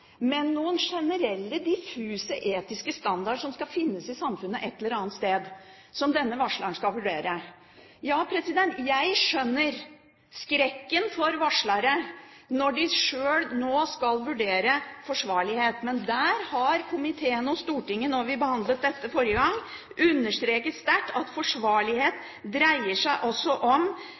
men noen generelle diffuse etiske standarder som skal finnes i samfunnet et eller annet sted, som denne varsleren skal vurdere. Ja, jeg skjønner skrekken for varslere når de sjøl nå skal vurdere forsvarlighet. Men der har komiteen og Stortinget, da vi behandlet dette forrige gang, understreket sterkt at forsvarlighet også dreier seg om